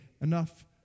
enough